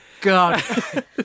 God